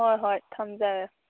ꯍꯣꯏ ꯍꯣꯏ ꯊꯝꯖꯔꯦ